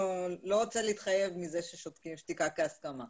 לא רוצה להתחייב מזה ששותקים, שתיקה כהסכמה.